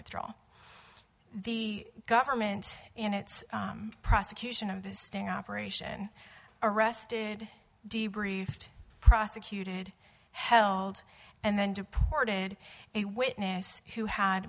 withdraw the government in its prosecution of this sting operation arrested d briefed prosecuted held and then deported a witness who had